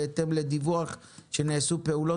בהתאם לדיווח שנעשו פעולות.